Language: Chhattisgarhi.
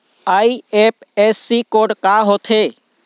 आई.एफ.एस.सी कोड का होथे?